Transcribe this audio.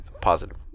Positive